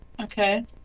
Okay